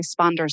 responders